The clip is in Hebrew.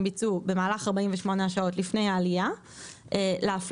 ביצעו במהלך 48 השעות לפני העלייה להפלגה.